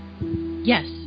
Yes